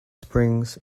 springs